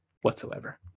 whatsoever